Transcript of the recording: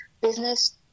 business